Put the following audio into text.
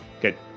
good